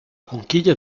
conchiglia